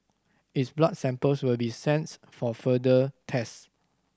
its blood samples will be sent for further tests